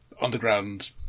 underground